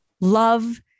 love